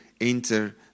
enter